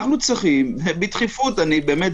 אנחנו צריכים בדחיפות באמת,